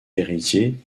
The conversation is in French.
héritier